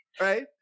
Right